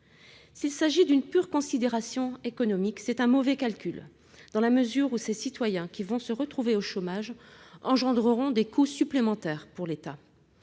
S'il s'agit d'une pure considération économique, c'est un mauvais calcul, dans la mesure où ces citoyens qui vont se retrouver au chômage engendreront des coûts supplémentaires pour l'État.